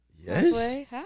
Yes